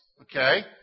okay